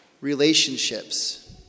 relationships